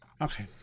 Okay